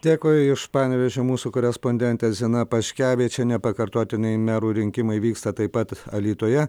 dėkui iš panevėžio mūsų korespondentė zina paškevičienė pakartotiniai merų rinkimai vyksta taip pat alytuje